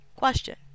Question